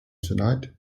tonight